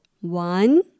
One